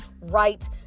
right